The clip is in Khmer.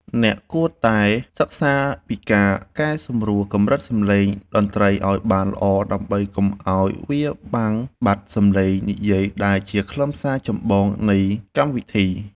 អ្នកគួរតែសិក្សាពីការកែសម្រួលកម្រិតសំឡេងតន្ត្រីឱ្យបានល្អដើម្បីកុំឱ្យវាបាត់បង់សំឡេងនិយាយដែលជាខ្លឹមសារចម្បងនៃកម្មវិធី។